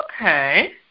Okay